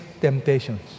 temptations